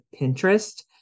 Pinterest